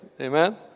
Amen